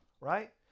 right